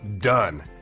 done